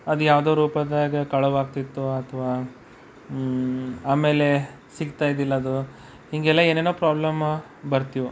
ಅದು ಯಾವುದೋ ರೂಪದಾಗ ಕಳುವಾಗ್ತಿತ್ತು ಅಥವಾ ಆಮೇಲೆ ಸಿಕ್ತಾ ಇದ್ದಿಲ್ಲ ಅದು ಹೀಗೆಲ್ಲ ಏನೇನೋ ಪ್ರಾಬ್ಲಮು ಬರ್ತೀವು